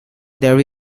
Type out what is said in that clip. there